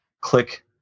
click